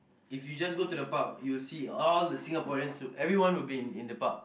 if you just go to the pub you will see all the Singaporeans who everyone will be in the pub